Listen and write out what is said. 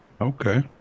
Okay